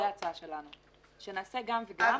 גם וגם,